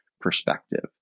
perspective